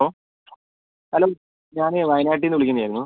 hello hello ഞാനേ വയനാട്ടിൽ നിന്ന് വിളിക്കുന്നതായിരുന്നു